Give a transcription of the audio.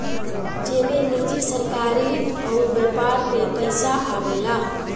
जेमे निजी, सरकारी अउर व्यापार के पइसा आवेला